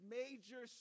major